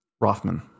Rothman